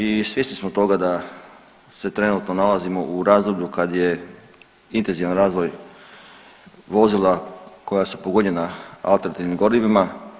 I svjesni smo toga da se trenutno nalazimo u razdoblju kad je intenzivan razvoj vozila koja su pogonjena alternativnim gorivima.